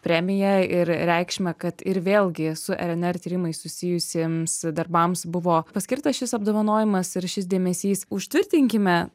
premiją ir reikšmę kad ir vėlgi su rnr tyrimais susijusiems darbams buvo paskirtas šis apdovanojimas ir šis dėmesys užtvirtinkime